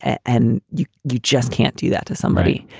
and you you just can't do that to somebody.